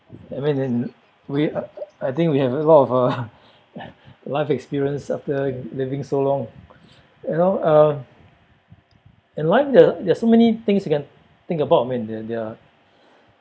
we uh I think we have a lot of uh life experience after living so long you know um in life there are there're so many things you can think about when they they are